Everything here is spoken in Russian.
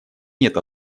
нет